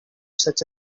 such